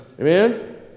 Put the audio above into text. Amen